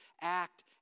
act